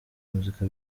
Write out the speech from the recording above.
muzika